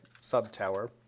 sub-tower